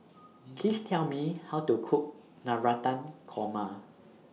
Please Tell Me How to Cook Navratan Korma